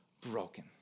broken